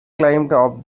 climbed